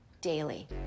daily